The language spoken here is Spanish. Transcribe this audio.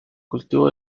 cultivo